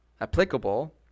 applicable